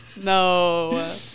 No